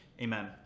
amen